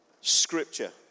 Scripture